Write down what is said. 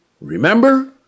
Remember